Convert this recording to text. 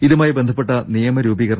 ഇതുമായി ബന്ധപ്പെട്ട നിയമ രൂപീകര